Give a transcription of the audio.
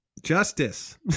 Justice